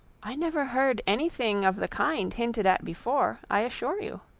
i never heard any thing of the kind hinted at before, i assure you,